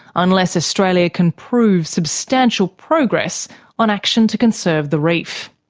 unless australia can prove substantial progress on action to conserve the reef.